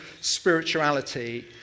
spirituality